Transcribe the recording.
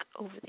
over